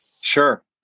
Sure